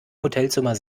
hotelzimmer